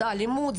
זו אלימות,